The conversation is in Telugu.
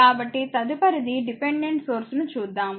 కాబట్టి తదుపరిది డిపెండెంట్ సోర్స్ ని చూద్దాము